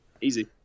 Easy